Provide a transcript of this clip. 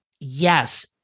yes